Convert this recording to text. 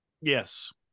Yes